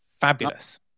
fabulous